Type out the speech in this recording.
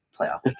playoff